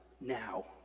now